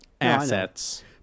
assets